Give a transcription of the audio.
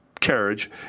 Carriage